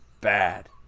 bad